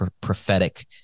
prophetic